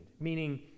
meaning